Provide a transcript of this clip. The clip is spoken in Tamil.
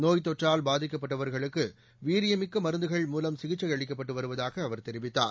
நோய்த் தொற்றால் பாதிக்கப்பட்டவர்களுக்கு வீரியமிக்க மருந்துகள் மூலம் சிகிச்சை அளிக்கப்பட்டு வருவதாக அவர் தெரிவித்தார்